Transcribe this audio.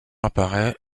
apparaît